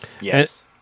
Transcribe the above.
Yes